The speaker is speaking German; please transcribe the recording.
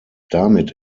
damit